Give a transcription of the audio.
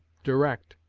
direct,